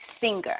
singer